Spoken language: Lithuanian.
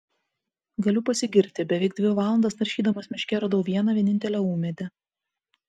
galiu pasigirti beveik dvi valandas naršydamas miške radau vieną vienintelę ūmėdę